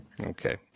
Okay